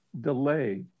delay